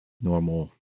normal